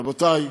רבותי,